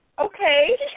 okay